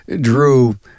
Drew